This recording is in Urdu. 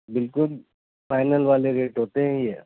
بالکل فائنل والے ریٹ ہوتے ہیں یہ